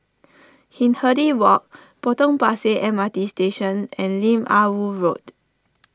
Hindhede Walk Potong Pasir M R T Station and Lim Ah Woo Road